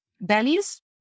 values